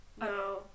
no